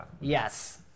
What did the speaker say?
Yes